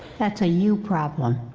that's a you problem.